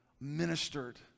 ministered